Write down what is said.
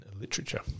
literature